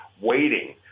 waiting